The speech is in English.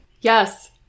Yes